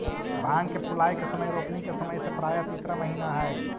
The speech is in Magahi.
भांग के फूलाए के समय रोपनी के समय से प्रायः तीसरा महीना हई